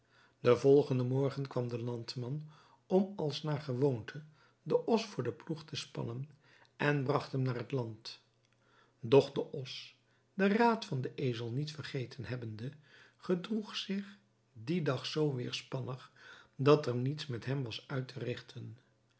den volgenden morgen kwam de landman om als naar gewoonte den os voor den ploeg te spannen en bragt hem naar het land doch de os den raad van den ezel niet vergeten hebbende gedroeg zich dien dag zoo weêrspannig dat er niets met hem was uit te rigten